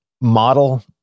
model